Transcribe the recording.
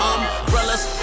Umbrellas